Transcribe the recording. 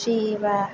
free बा